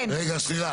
רגע, סליחה.